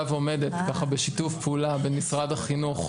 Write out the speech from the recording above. ועומדת בשיתוף פעולה בין משרד החינוך,